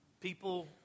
people